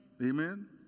Amen